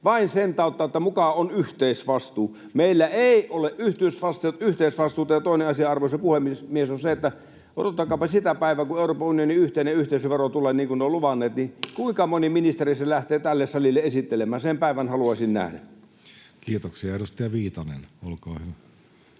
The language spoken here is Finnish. vain sen tautta, että muka on yhteisvastuu. Meillä ei ole yhteisvastuuta. Toinen asia, arvoisa puhemies, on se, että odottakaapa sitä päivää, kun Euroopan unionin yhteinen yhteisövero tulee, niin kuin ne ovat luvanneet. Kuinka moni ministeri sen lähtee tälle salille esittelemään? Sen päivän haluaisin nähdä. Kiitoksia. — Edustaja Viitanen, olkaa hyvä.